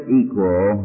equal